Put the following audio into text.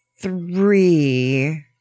three